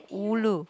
ulu